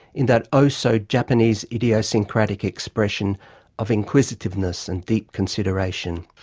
in that oh-so-japanese idiosyncratic expression of inquisitiveness and deep consideration.